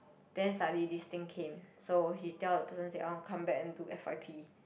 then suddenly this thing came so he tell the person say I want to come back into f_y_p